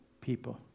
people